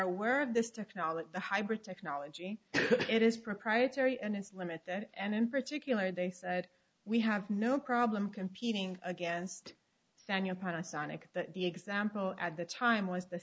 aware of this technology the hybrid technology it is proprietary and it's limited and in particular they said we have no problem competing against daniel put a sonic that the example at the time was the